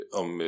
om